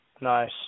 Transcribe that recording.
Nice